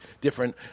different